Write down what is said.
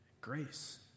Grace